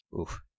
Oof